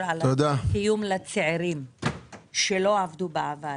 על דמי קיום לצעירים שלא עבדו בעבר.